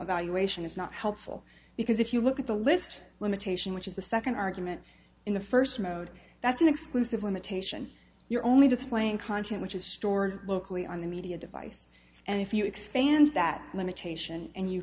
evaluation is not helpful because if you look at the list limitation which is the second argument in the first mode that's an exclusive limitation you're only displaying content which is stored locally on the media device and if you expand that limitation and you